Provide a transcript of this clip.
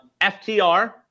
FTR